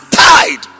tied